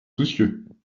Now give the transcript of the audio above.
soucieux